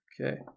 Okay